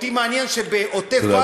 אותי מעניין שבעוטף עזה,